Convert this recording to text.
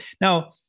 now